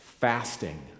Fasting